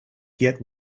yet